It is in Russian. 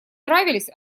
нравились